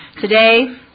Today